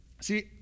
See